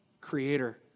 creator